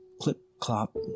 clip-clop